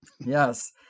Yes